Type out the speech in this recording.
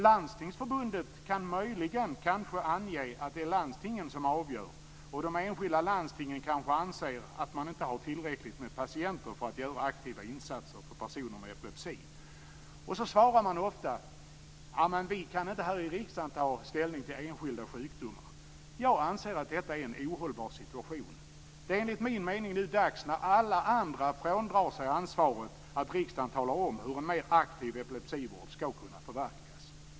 Landstingsförbundet kan möjligen kanske ange att det är landstingen som avgör, och de enskilda lanstingen kanske anser att man inte har tillräckligt med patienter för att göra aktiva insatser för personer med epilepsi. Ofta får man svaret: Men vi kan inte här i riksdagen ta ställning till enskilda sjukdomar. Jag anser att detta är en ohållbar situation. Det är enligt min mening nu dags, när alla andra fråntar sig ansvaret, att riksdagen talar om hur en mer aktiv epilepsivård skall kunna förverkligas.